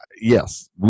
Yes